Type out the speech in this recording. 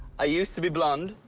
i used to be blond.